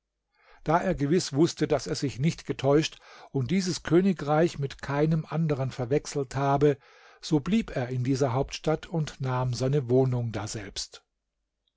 da er gewiß wußte daß er sich nicht getäuscht und dieses königreich mit keinem anderen verwechselt habe so blieb er in dieser hauptstadt und nahm seine wohnung daselbst